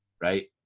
right